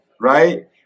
right